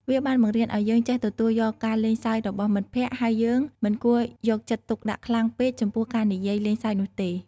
វាបានបង្រៀនឱ្យយើងចេះទទួលយកការលេងសើចរបស់មិត្តភក្តិ ហើយយើងមិនគួរយកចិត្តទុកដាក់ខ្លាំងពេកចំពោះការនិយាយលេងសើចនោះទេ។